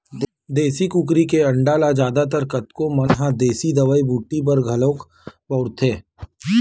देसी कुकरी के अंडा ल जादा तर कतको मनखे मन ह देसी दवई बूटी बर घलोक बउरथे